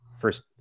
first